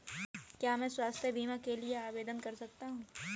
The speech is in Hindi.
क्या मैं स्वास्थ्य बीमा के लिए आवेदन कर सकता हूँ?